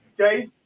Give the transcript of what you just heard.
okay